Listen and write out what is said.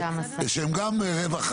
אז שמנו נציגים שהם לא רווחה,